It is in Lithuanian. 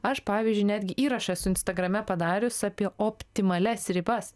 aš pavyzdžiui netgi įrašą esu instagrame padarius apie optimalias ribas